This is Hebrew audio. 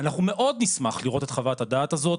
אנחנו מאוד נשמח לראות את חוות הדעת הזאת,